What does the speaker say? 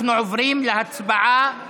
אנחנו עוברים להצבעה